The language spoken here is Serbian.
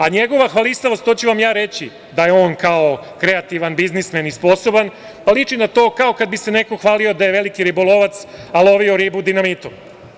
A njegova hvalisavost, da je on, kao, kreativan, biznismen i sposoban, liči na to kao kad bi se neko hvalio da je veliki ribolovac a lovio ribu dinamitom.